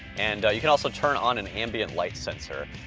and you can also turn on an ambient light sensor,